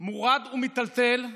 מורעד ומיטלטל.